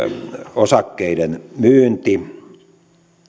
osakkeiden myynti